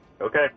Okay